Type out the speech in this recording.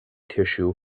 tissue